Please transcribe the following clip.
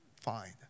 find